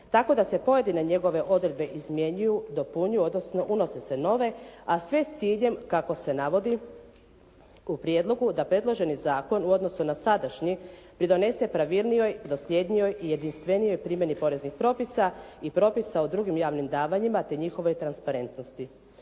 tako da se pojedine njegove odredbe izmjenjuju, dopunjuju, odnosno unose se nove, a sve s ciljem kako se navodi u prijedlogu da predloženi zakon u odnosu na sadašnji, pridonese pravilnijoj, dosljednijoj i jedinstvenijoj primjeni poreznih propisa i propisa o drugim javnim davanjima, te njihovoj transparentnosti.